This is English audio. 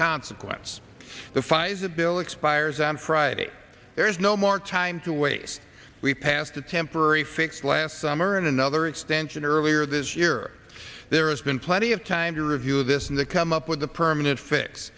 consequence the pfizer bill expires on friday there is no more time to wait we passed a temporary fix last summer and another extension earlier this year there has been plenty of time to review this and to come up with a permanent fix